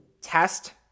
test